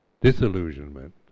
disillusionment